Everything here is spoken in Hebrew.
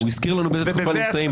הוא הזכיר לנו באיזו תקופה אנחנו נמצאים.